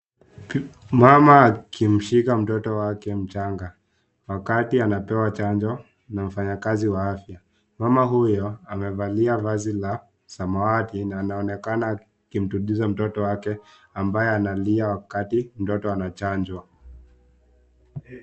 Mama akimshika mtoto wake mchanga, wakati anapewa chanjo na mfanyakazi wa afya. Mama huyo amevalia vazi la samawati na anaonekana akimdudiza mtoto wake ambaye analia wakati mtoto anachanjwa.